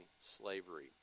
slavery